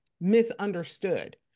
misunderstood